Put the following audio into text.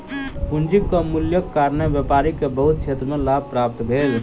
पूंजीक मूल्यक कारणेँ व्यापारी के बहुत क्षेत्र में लाभ प्राप्त भेल